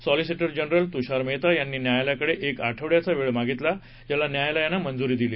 solicitor general Tushar Mehta यांनी न्यायालयाकडे एक आठवड्याचा वेळ मागितला ज्याला न्यायालयानं मंजूरी दिली